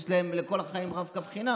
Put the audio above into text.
יש להם לכל החיים רב-קו חינם,